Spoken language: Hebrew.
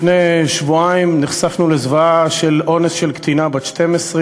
לפני שבועיים נחשפנו לזוועה של אונס קטינה בת 12,